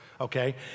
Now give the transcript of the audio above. Okay